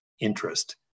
interest